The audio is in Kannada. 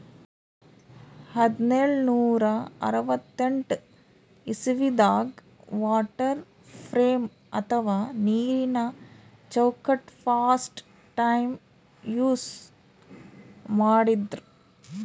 ಹದ್ದ್ನೋಳ್ ನೂರಾ ಅರವತ್ತೆಂಟ್ ಇಸವಿದಾಗ್ ವಾಟರ್ ಫ್ರೇಮ್ ಅಥವಾ ನೀರಿನ ಚೌಕಟ್ಟ್ ಫಸ್ಟ್ ಟೈಮ್ ಯೂಸ್ ಮಾಡಿದ್ರ್